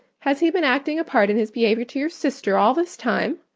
has he been acting a part in his behaviour to your sister all this time?